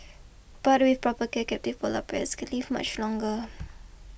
but with proper care captive Polar Bears can live much longer